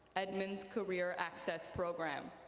edmonds career access program.